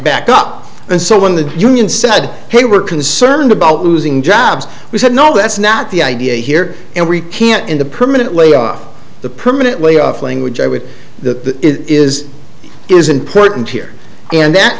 back up and so when the union said hey we're concerned about losing jobs we said no that's not the idea here and we can't in the permanent layoff the permanent layoff language i would the is is important here and that